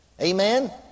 Amen